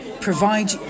provide